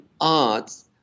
arts